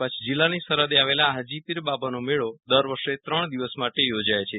કચ્છ જિલ્લાની સરહદે આવેલા હાજીપીર બાબાનો મેળો દર વર્ષે ત્રણ દિવસ માટે યોજાય છે